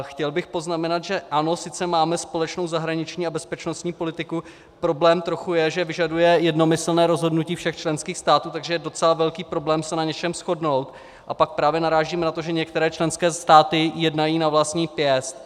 Chtěl bych poznamenat, že ano, sice máme společnou zahraniční a bezpečnostní politiku, problém trochu je, že vyžaduje jednomyslně rozhodnutí všech členských států, takže je docela velký problém se na něčem shodnout, a pak právě narážíme na to, že některé členské státy jednají na vlastní pěst.